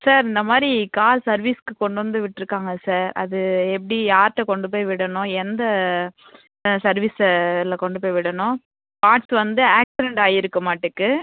sir இந்த மாதிரி car சர்வீஸ்க்கு கொண்டு வந்து விட்டுருக்காங்க சார் அது எப்படி யார்கிட்ட கொண்டு போய் விடணும் எந்த சர்வீஸ்ஸுல கொண்டு போய் விடணும் பார்ட்ஸ் வந்து ஆக்சிடெண்ட் ஆகியிருக்கும் மாட்டுக்கு